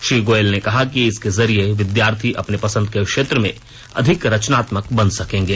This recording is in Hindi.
श्री गोयल ने कहा कि इसके जरिए विद्यार्थी अपनी पसन्द के क्षेत्र में अधिक रचनात्मक बन सकेंगे